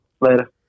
Later